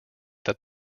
that